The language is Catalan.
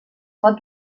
pot